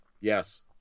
yes